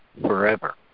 forever